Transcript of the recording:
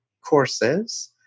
Courses